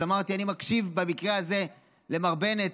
אז אמרתי: אני מקשיב במקרה הזה למר בנט,